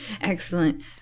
Excellent